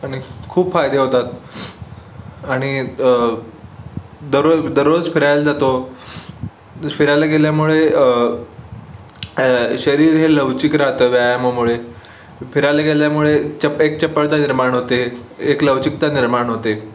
आणि खूप फायदे होतात आणि दररोज दररोज फिरायला जातो फिरायला गेल्यामुळे शरीर हे लवचिक राहतं व्यायामामुळे फिरायला गेल्यामुळे चप एक चपळता निर्माण होते एक लवचिकता निर्माण होते